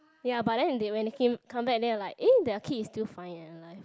ya but then when they came come back then I'm like eh their kid is still fine and alive